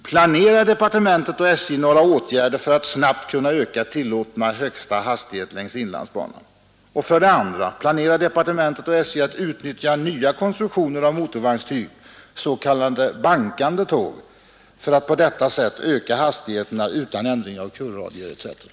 Planerar departementet och SJ att utnyttja nya konstruktioner av motorvagnstyp, s.k. bankande tåg, för att på detta sätt öka hastigheterna utan ändring av kurvradier etc.